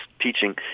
teaching